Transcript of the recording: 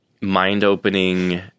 mind-opening